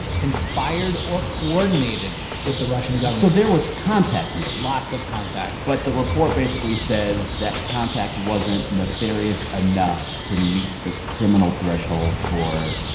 conspired or coordinated with the russian government. so there was contact made lots of contact but the report basically says that contact wasn't nefarious enough to meet the criminal threshold for.